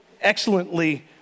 excellently